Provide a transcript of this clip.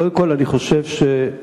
קודם כול, אני חושבת שתשובתך